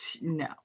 No